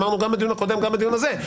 אמרנו גם בדיון הקודם וגם בדיון הזה.